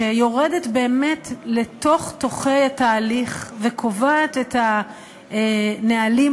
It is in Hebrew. שיורדת באמת לתוך-תוכי התהליך וקובעת את הנהלים